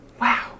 wow